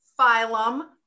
phylum